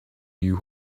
you